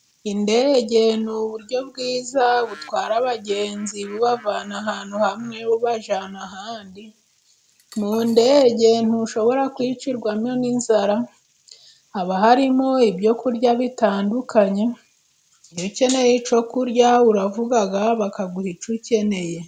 Indege ni uburyo bwiza butwara abagenzi bubavana ahantu hamwe bubajyana ahandi ,mu ndege ntushobora kwicirwamo n'inzara ,haba harimo ibyo kurya bitandukanye, ukeneye icyo kurya uravuga bakaguha icyo ukeneye.